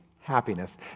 happiness